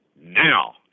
Now